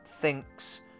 thinks